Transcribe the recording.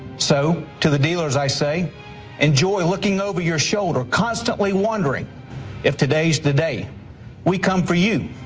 so to the dealers i say enjoy looking over your shoulder constantly wondering if today is the day we come for you.